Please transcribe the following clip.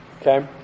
Okay